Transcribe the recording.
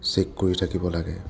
check কৰি থাকিব লাগে